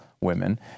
women